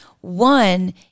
One